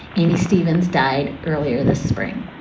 amy stevens died earlier this spring.